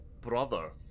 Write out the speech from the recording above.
brother